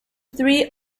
three